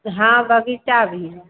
हाँ बगीचा भी है